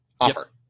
Offer